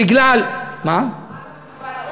בגלל, רק המתובל.